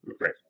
right